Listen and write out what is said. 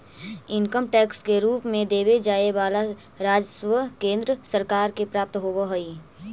income tax के रूप में देवे जाए वाला राजस्व केंद्र सरकार के प्राप्त होव हई